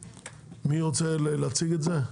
מי רוצה להציג את זה?